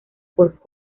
por